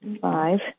five